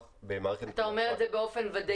במערכת --- אתה אומר את זה באופן ודאי?